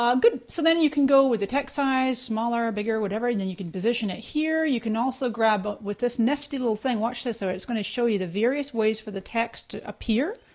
um good, so then you can go with the text size, smaller, bigger, whatever and then you could position it here. you can also grab but with this nifty little thing. watch this. so it's gonna show you the various ways for the text to appear.